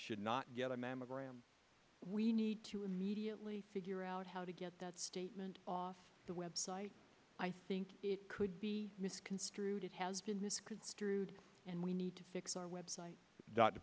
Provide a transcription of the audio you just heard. should not get a mammogram we need to immediately figure out how to get that statement off the web site i think it could be misconstrued it has been misconstrued and we need to fix our website dot